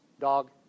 dog